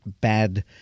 bad